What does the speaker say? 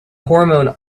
hormone